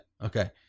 Okay